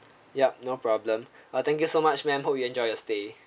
yup no problem uh thank you so much ma'am hope you enjoy your stay